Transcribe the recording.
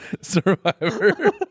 Survivor